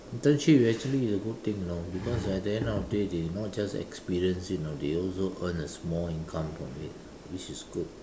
internship is actually a good thing you know because at the end of the day they not just experience it you know they also earn a small income from it you know which is good